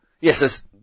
Yes